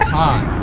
time